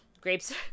Grapes